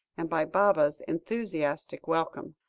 and by baba's enthusiastic welcome.